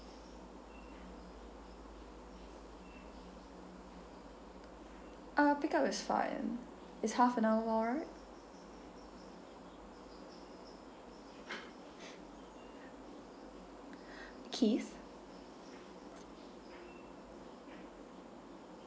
uh pick up is fine is half an hour alright keith